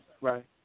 Right